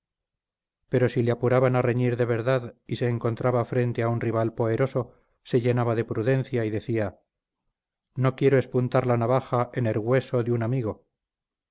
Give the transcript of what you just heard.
pero si le apuraban a reñir de verdad y se encontraba frente a un rival poeroso se llenaba de prudencia y decía no quiero espuntar la navaja en er güeso de un amigo